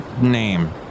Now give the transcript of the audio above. name